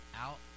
out